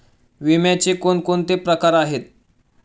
विम्याचे कोणकोणते प्रकार आहेत?